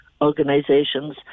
organizations